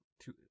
Two